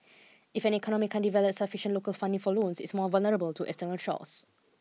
if an economy can't develop sufficient local funding for loans it's more vulnerable to external shocks